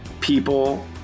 People